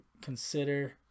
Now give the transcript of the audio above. consider